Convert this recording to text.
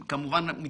אבל האם אדוני לא